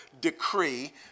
decree